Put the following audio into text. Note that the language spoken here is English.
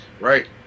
Right